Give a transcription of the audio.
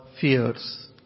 fears